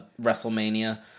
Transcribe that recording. WrestleMania